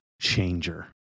changer